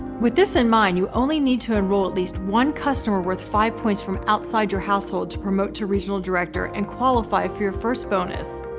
with this in mind, you only need to enroll at least one customer worth five points from outside your household to promote to regional director and qualify for your first bonus.